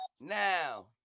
Now